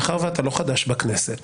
מאחר שאתה לא חדש בכנסת,